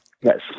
Yes